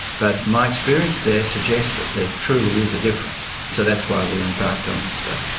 but my experience there suggests that there truly is a difference so that's why we embarked on this study.